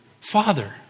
Father